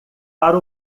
para